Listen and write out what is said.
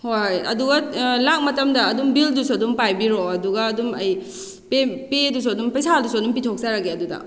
ꯍꯣꯏ ꯑꯗꯨꯒ ꯂꯥꯛ ꯃꯇꯝꯗ ꯑꯗꯨꯝ ꯕꯤꯜꯗꯨꯁꯨ ꯑꯗꯨꯝ ꯄꯥꯏꯕꯤꯔꯛꯑꯣ ꯑꯗꯨꯒ ꯑꯗꯨꯝ ꯑꯩ ꯄꯦꯗꯨꯁꯨ ꯑꯗꯨꯝ ꯄꯩꯁꯥꯗꯨꯁꯨ ꯑꯗꯨꯝ ꯄꯤꯊꯣꯛꯆꯔꯒꯦ ꯑꯗꯨꯗ